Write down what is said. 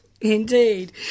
indeed